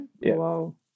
Wow